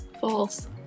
false